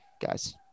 guys